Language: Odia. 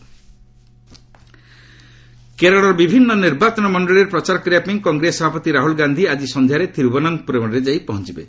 ରାହୁଲ୍ କେରଳ କେରଳର ବିଭିନ୍ନ ନିର୍ବାଚନ ମଣ୍ଡଳୀରେ ପ୍ରଚାର କରିବାପାଇଁ କଂଗ୍ରେସ ସଭାପତି ରାହୁଲ୍ ଗାନ୍ଧି ଆଜି ସନ୍ଧ୍ୟାରେ ତିରୁବନନ୍ତପୁରମ୍ରେ ଯାଇ ପହଞ୍ଚବେ